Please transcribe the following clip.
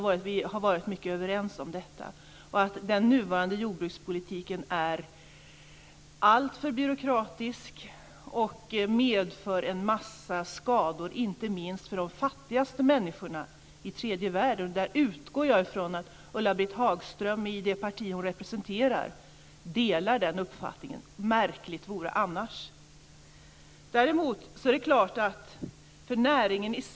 Vi har varit helt överens om detta och om att den nuvarande jordbrukspolitiken är alltför byråkratisk och medför en massa skador inte minst för de fattigaste människorna i tredje världen. Jag utgår från att Ulla-Britt Hagström och det parti hon representerar delar den uppfattningen. Märkligt vore det annars.